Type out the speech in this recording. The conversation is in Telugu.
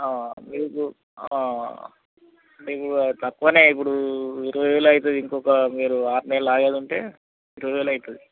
మీకు మీకు తక్కువ ఇప్పడు ఇరవై వేలు అవుతుంది ఇంకొక మీరు ఆరు నెలలు ఆగేది ఉంటే ఇరవై వేలు అవుతుంది